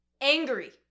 angry